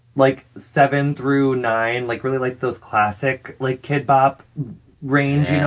like, seven through nine like, really, like those classic, like, kid bop range. yeah